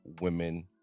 women